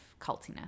cultiness